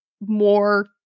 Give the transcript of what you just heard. more